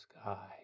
sky